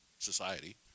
society